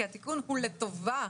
כי התיקון הוא לטובה.